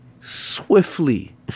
swiftly